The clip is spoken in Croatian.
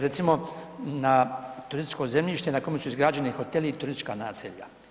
Recimo na turističko zemljište na kome su izgrađeni hoteli i turistička naselja.